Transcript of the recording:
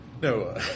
No